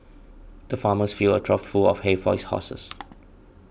the farmers filled a trough full of hay for his horses